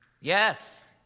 Yes